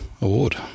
award